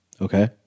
Okay